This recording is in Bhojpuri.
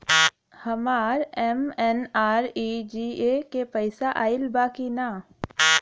हमार एम.एन.आर.ई.जी.ए के पैसा आइल बा कि ना?